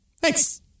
thanks